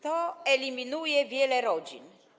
To eliminuje wiele rodzin.